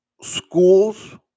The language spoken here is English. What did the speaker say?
Schools